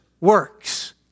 Works